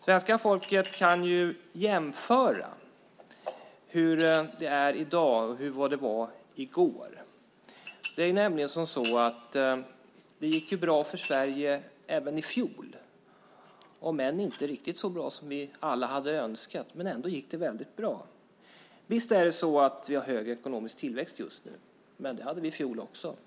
Svenska folket kan jämföra hur det är i dag med hur det var i går. Det gick ju bra för Sverige även i fjol, om än inte riktigt så bra som vi alla hade önskat. Ändå gick det väldigt bra. Visst har vi hög ekonomisk tillväxt just nu. Men det hade vi i fjol också.